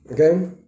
Okay